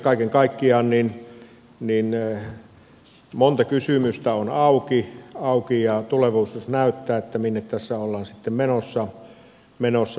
kaiken kaikkiaan monta kysymystä on auki ja tulevaisuus näyttää minne tässä ollaan sitten menossa